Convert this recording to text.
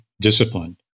disciplined